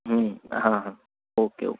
હમ હા હા ઓકે ઓ